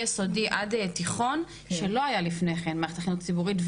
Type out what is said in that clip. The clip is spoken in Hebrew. מיסודי עד תיכון שלא היה לפני כן במערכת החינוך הציבורית.